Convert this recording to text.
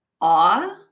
awe